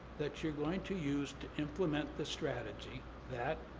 that you're going to use to implement the strategy that,